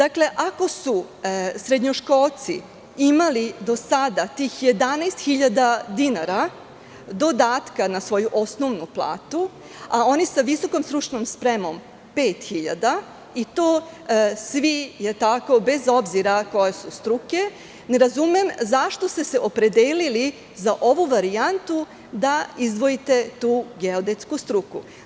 Ako su srednjoškolci do sada imali tih 11.000 dinara dodatka na svoju osnovnu platu, a oni sa visokom stručnom spremom 5.000, i to svi bez obzira koje su struke, ne razumem zašto ste se opredelili za ovu varijantu da izdvojite tu geodetsku struku?